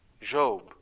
Job